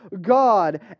God